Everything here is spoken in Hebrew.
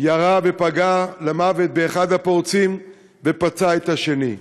ירה ופגע למוות באחד הפורצים ופצע את השני.